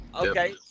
Okay